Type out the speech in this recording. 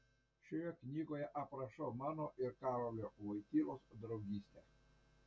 šioje knygoje aprašau mano ir karolio voitylos draugystę